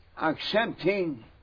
accepting